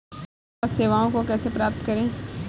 जन स्वास्थ्य सेवाओं को कैसे प्राप्त करें?